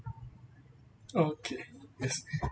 okay yes